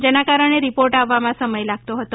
જેના કારણે રિપોર્ટ આવવામાં સમય લાગતો હતો